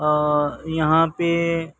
اور یہاں پہ